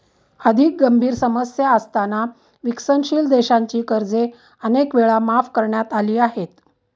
अधिक गंभीर समस्या असताना विकसनशील देशांची कर्जे अनेक वेळा माफ करण्यात आली आहेत